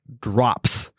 drops